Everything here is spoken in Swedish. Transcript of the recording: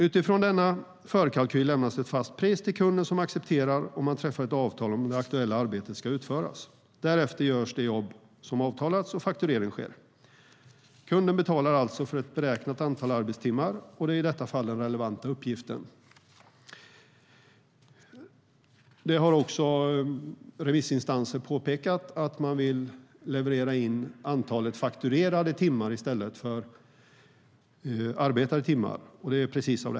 Utifrån denna förkalkyl lämnas ett fast pris till kunden som accepterar det, och man träffar ett avtal om att det aktuella arbetet ska utföras. Därefter görs det jobb som avtalats och fakturering sker. Kunden betalar alltså för ett beräknat antal arbetstimmar och det är i detta fall den relevanta uppgiften. Även remissinstanser har påpekat att det är bättre med antalet fakturerade timmar i stället för antalet arbetade timmar.